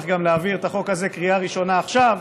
להעביר את החוק הזה בקריאה ראשונה עכשיו,